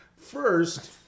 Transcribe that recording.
First